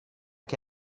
che